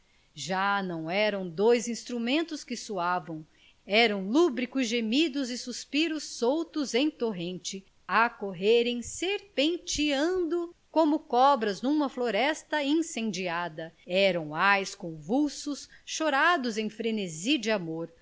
já não eram dois instrumentos que soavam eram lúbricos gemidos e suspiros soltos em torrente a correrem serpenteando como cobras numa floresta incendiada eram ais convulsos chorados em frenesi de amor